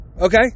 Okay